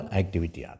activity